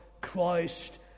Christ